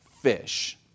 fish